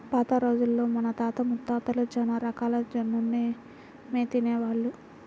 పాత రోజుల్లో మన తాత ముత్తాతలు చానా వరకు జొన్నన్నమే తినేవాళ్ళు